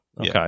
okay